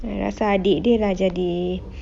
yang rasa adik dia lah jadi